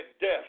death